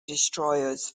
destroyers